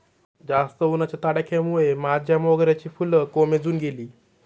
जास्त उन्हाच्या तडाख्यामुळे माझ्या मोगऱ्याची फुलं कोमेजून गेली